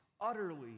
utterly